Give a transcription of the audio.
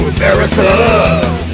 America